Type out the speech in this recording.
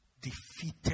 defeated